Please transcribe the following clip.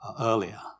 earlier